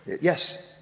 yes